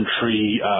country